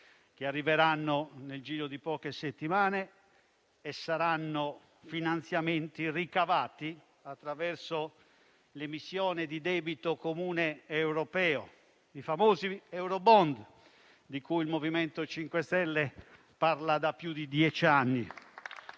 che arriveranno nel giro di poche settimane e saranno finanziamenti ricavati attraverso l'emissione di debito comune europeo, i famosi eurobond di cui il MoVimento 5 Stelle parla da più di dieci anni